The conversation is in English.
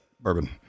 bourbon